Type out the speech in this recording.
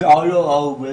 אושר לו העובד,